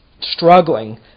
struggling